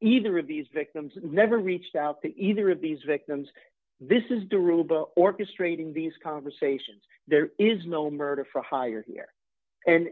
either of these victims and never reached out to either of these victims this is the ruber orchestrating these conversations there is no murder for hire here and